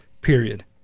period